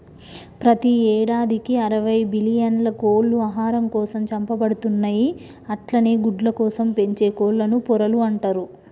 ప్రతి యేడాదికి అరవై బిల్లియన్ల కోళ్లు ఆహారం కోసం చంపబడుతున్నయి అట్లనే గుడ్లకోసం పెంచే కోళ్లను పొరలు అంటరు